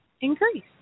Increase